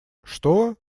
что